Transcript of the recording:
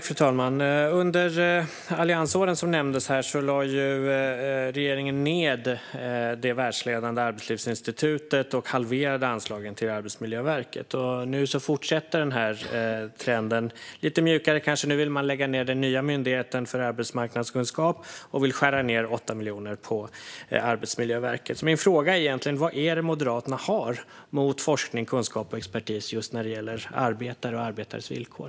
Fru talman! Under alliansåren, som nämndes, lade regeringen ned det världsledande Arbetslivsinstitutet och halverade anslagen till Arbetsmiljöverket. Nu fortsätter denna trend. Den kanske är lite mjukare. Nu vill man lägga ned den nya myndigheten för arbetsmiljökunskap och skära ned 8 miljoner på Arbetsmiljöverket. Vad har Moderaterna egentligen emot forskning, kunskap och expertis när det gäller arbetare och arbetares villkor?